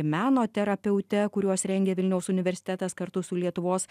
meno terapeute kuriuos rengia vilniaus universitetas kartu su lietuvos